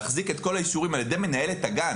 להחזיק את כל האישורים על ידי מנהלת הגן